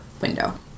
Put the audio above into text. window